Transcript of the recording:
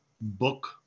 book